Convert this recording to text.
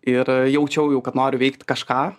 ir jaučiau jau kad noriu veikt kažką